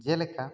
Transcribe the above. ᱡᱮᱞᱮᱠᱟ